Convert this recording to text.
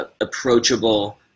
approachable